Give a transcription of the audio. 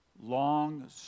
long